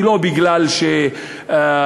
היא לא בגלל שהציעו,